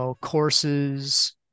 Courses